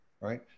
right